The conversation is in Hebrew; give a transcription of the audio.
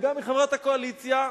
והיא גם חברת הקואליציה,